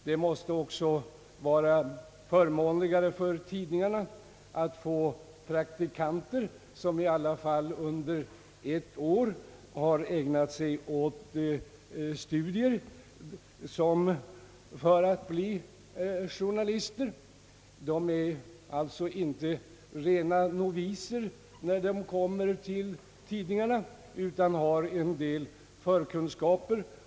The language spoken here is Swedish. Det måste också vara förmånligare för tidningarna att få praktikanter som under ett år har ägnat sig åt studier för att bli journalister. De är alltså inte rena noviser, när de kommer till tidningarna utan har en del förkunskaper.